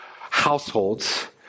households